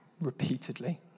repeatedly